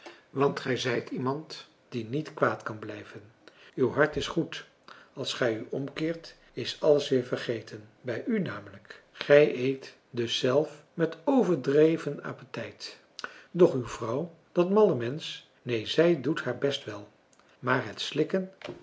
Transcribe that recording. want gij zijt iemand die niet kwaad kan blijven uw hart is goed als gij u omkeert is alles weer vergeten bij u namelijk gij eet dus zelf met overdreven appetijt doch uw vrouw dat malle mensch neen zij doet haar best wel maar het slikken